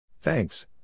Thanks